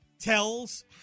tells